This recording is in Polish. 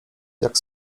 jak